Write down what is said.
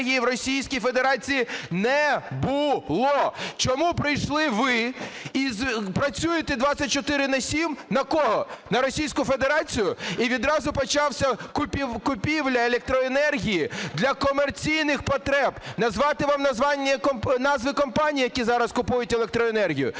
в Російській Федерації не було. Чому прийшли ви і працюєте "24 на 7" на кого – на Російську Федерацію? І відразу почалася купівля електроенергії для комерційних потреб. Назвати вам назви компаній, які зараз купують електроенергію?